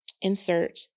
insert